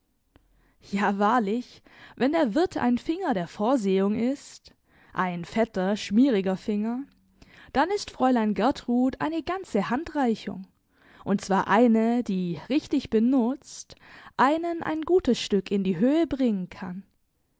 ja wahrlich wenn der wirt ein finger der vorsehung ist ein fetter schmieriger finger dann ist fräulein gertrud eine ganze handreichung und zwar eine die richtig benutzt einen ein gutes stück in die höhe bringen kann